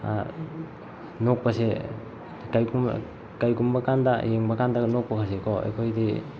ꯅꯣꯛꯄꯁꯦ ꯀꯩꯒꯨꯝꯕ ꯀꯥꯟꯗ ꯌꯦꯡꯕ ꯀꯥꯟꯗ ꯅꯣꯛꯄ ꯀꯥꯏꯁꯦꯀꯣ ꯑꯩꯈꯣꯏꯒꯤ